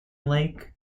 lake